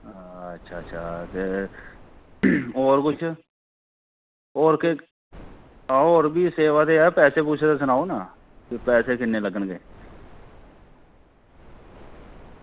आं अच्छा अच्छा ते होर कुछ होर केह् ते होर बी सेवा ते ऐ पैसे सनाओ ना की पैसे किन्ने लग्गन गे